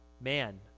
man